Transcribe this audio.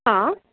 हां